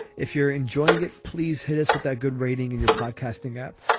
if you're enjoying it, please hit us with that good rating in your podcasting app.